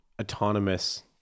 autonomous